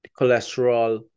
Cholesterol